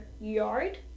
yard